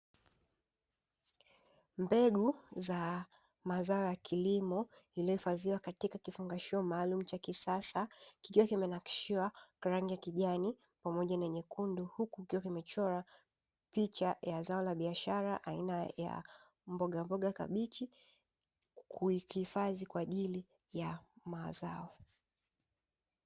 Mbegu za mazao ya kilimo zilizohifadhiwa katika kifungashio maalumu cha kisasa kikiwa kimenakishiwa kwa rangi ya kijani pamoja na rangi nyekundu, huku kikwa kimechorwa picha ya za ya biashara aina ya mboga mboga kabichi ikihifadhi kwa ajili ya mazao.